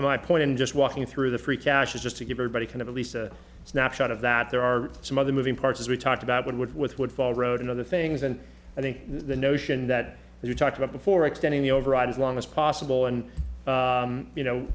my point in just walking through the free cash is just to give everybody kind of at least a snapshot of that there are some other moving parts as we talked about wood with would follow road and other things and i think the notion that you talked about before extending the override as long as possible and you know